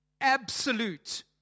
Absolute